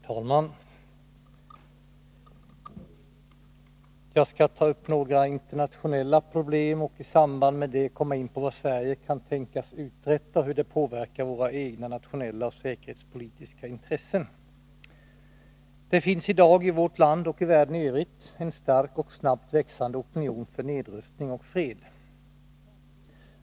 Herr talman! Jag skall ta upp några internationella problem och i samband med det komma in på vad Sverige kan tänkas uträtta och hur det påverkar våra egna nationella och säkerhetspolitiska intressen. Det finns i dag, i vårt land och i världen i övrigt, en stark och snabbt växande opinion för nedrustning och fred.